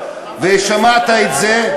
ושמעת את זה.